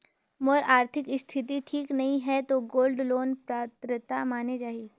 मोर आरथिक स्थिति ठीक नहीं है तो गोल्ड लोन पात्रता माने जाहि?